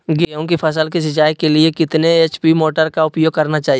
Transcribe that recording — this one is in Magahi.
गेंहू की फसल के सिंचाई के लिए कितने एच.पी मोटर का उपयोग करना चाहिए?